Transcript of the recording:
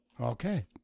Okay